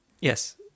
Yes